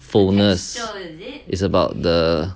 the foulness it's about the